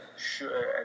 Sure